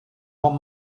one